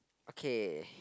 okay